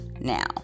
now